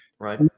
Right